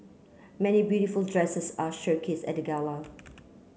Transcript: many beautiful dresses are showcased at gala